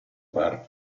parte